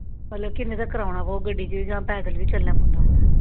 मतलब किन्ने तक्कर औंना पौग गड्डी च जां पैदल बी चलना पौंदा कुतै